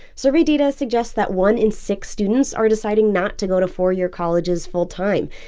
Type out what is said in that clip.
survey data suggests that one in six students are deciding not to go to four-year colleges full time.